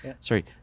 sorry